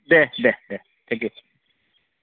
दे दे दे दे दे